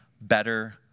better